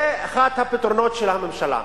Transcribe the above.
זה אחד הפתרונות של הממשלה,